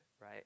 right